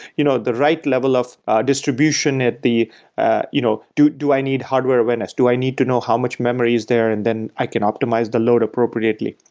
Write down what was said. you know the write level of distribution at the ah you know do do i need hardware awareness? do i need to know how much memory is there and then i can optimize the load appropriately?